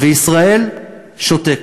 וישראל שותקת.